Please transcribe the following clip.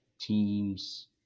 teams